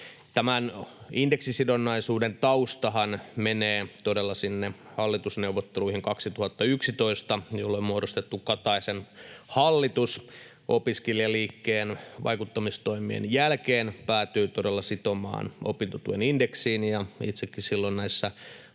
Tämän indeksisidonnaisuuden taustahan menee todella sinne hallitusneuvotteluihin 2011, jolloin muodostettu Kataisen hallitus opiskelijaliikkeen vaikuttamistoimien jälkeen päätyi sitomaan opintotuen indeksiin. Itsekin silloin näissä